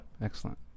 Excellent